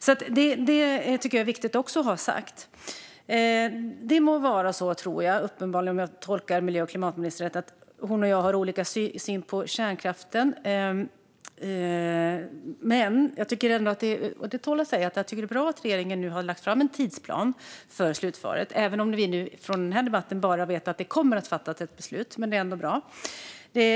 Det här är viktigt att ha sagt. Om jag tolkar klimat och miljöministern rätt har vi olika syn på kärnkraften, och det må vara så. Men det är bra - det tål att sägas - att regeringen nu har lagt fram en tidsplan för slutförvaret, även om vi från den här debatten bara har fått reda på att ett beslut kommer att fattas. Det är dock bra.